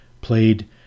played